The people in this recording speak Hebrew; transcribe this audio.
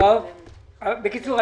בקיצור,